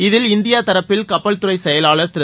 இதில் இந்திய தரப்பில் கப்பல் துறை செயலாளர் திரு